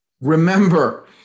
Remember